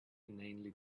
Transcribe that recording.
inanely